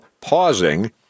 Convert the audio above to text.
pausing